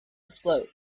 slope